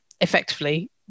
effectively